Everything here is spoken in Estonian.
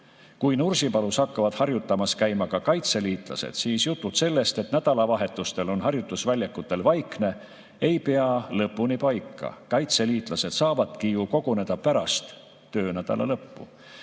Kui Nursipalus hakkavad harjutamas käima ka kaitseliitlased, siis jutud sellest, et nädalavahetustel on harjutusväljakutel vaikne, ei pea lõpuni paika. Kaitseliitlased saavadki ju koguneda pärast töönädala lõppu.